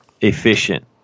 efficient